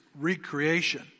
recreation